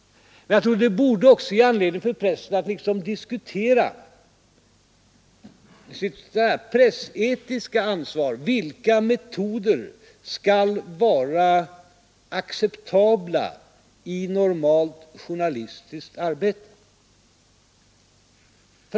Men det borde också ge pressen anledning att diskutera sitt pressetiska ansvar, vilka metoder som skall vara acceptabla i normalt journalistiskt arbete.